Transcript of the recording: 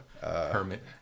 hermit